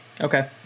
Okay